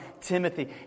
Timothy